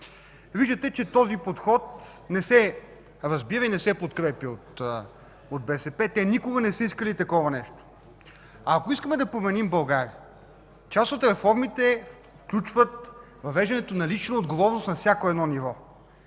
Виждате, че този подход не се разбира и не се подкрепя от БСП. Те никога не са искали такова нещо. Ако искаме да променим България, част от реформите включват въвеждането на лична отговорност на всяко едно ниво,